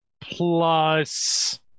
plus